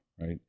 right